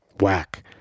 whack